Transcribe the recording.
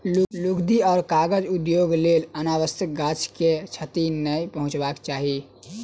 लुगदी आ कागज उद्योगक लेल अनावश्यक गाछ के क्षति नै पहुँचयबाक चाही